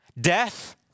Death